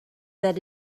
that